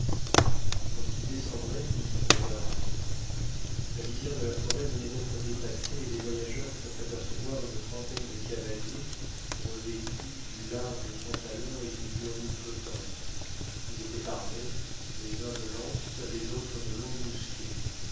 quand il descendrait dick regarde la lisière de la forêt venait d'être dépassée et les voyageurs purent apercevoir une trentaine de cavaliers revêtus du large pantalon et du burnous flottant ils étaient armés les uns de lances les autres de longs mousquets